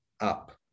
up